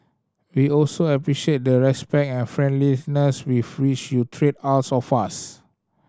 we also appreciate the respect and friendliness with which you treat all of us